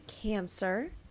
cancer